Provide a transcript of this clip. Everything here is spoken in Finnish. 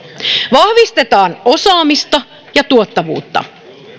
vahvistetaan osaamista ja tuottavuutta